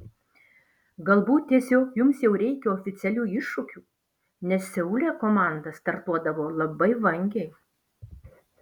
galbūt tiesiog jums jau reikia oficialių iššūkių nes seule komanda startuodavo labai vangiai